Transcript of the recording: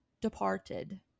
departed